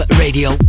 Radio